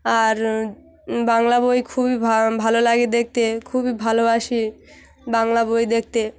আর বাংলা বই খুবই ভালো লাগে দেখতে খুবই ভালোবাসি বাংলা বই দেখতে